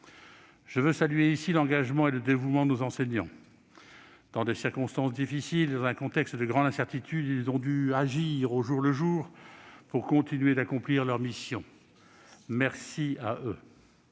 Je tiens à saluer l'engagement et le dévouement de nos enseignants. Dans des circonstances difficiles, dans un contexte de grande incertitude, ils ont dû agir au jour le jour pour continuer d'accomplir leur mission. Je les